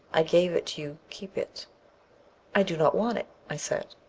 i gave it to you keep it i do not want it i said.